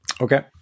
Okay